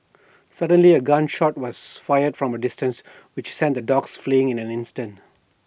suddenly A gun shot was fired from A distance which sent the dogs fleeing in an instant